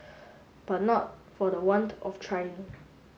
but not for the want of trying